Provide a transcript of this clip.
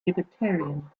libertarian